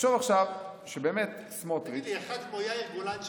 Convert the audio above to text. תחשוב עכשיו שסמוטריץ' אחד כמו יאיר גולן,